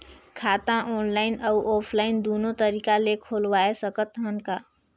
खाता ऑनलाइन अउ ऑफलाइन दुनो तरीका ले खोलवाय सकत हन का?